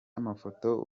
amafoto